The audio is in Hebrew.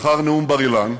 אחר נאום בר-אילן,